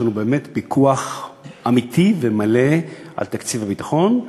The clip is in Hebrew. לנו באמת פיקוח אמיתי ומלא על תקציב הביטחון,